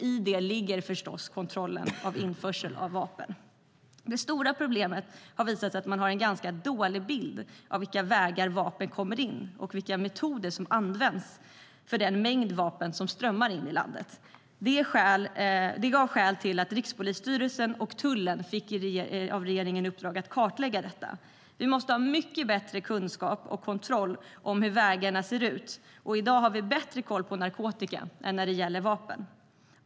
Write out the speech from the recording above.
I det ligger förstås kontrollen av införsel av vapen. Det stora problemet har visat sig vara att man har en ganska dålig bild av vilka vägar som vapen kommer in genom och vilka metoder som används för den mängd vapen som strömmar in i landet. Det var skäl till att Rikspolisstyrelsen och tullen av regeringen fick i uppdrag att kartlägga detta. Vi måste ha mycket bättre kunskap om och kontroll av hur vägarna ser ut. I dag har vi bättre koll på narkotika än vapen.